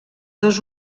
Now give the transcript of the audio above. dos